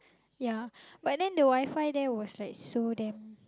ya but then the WiFi there was like so damn